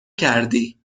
کردی